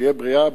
שתהיה בריאה,